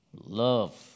love